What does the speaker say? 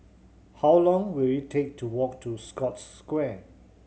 how long will it take to walk to Scotts Square